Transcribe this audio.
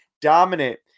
dominant